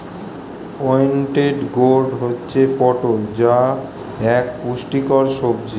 pointed gourd হচ্ছে পটল যা এক পুষ্টিকর সবজি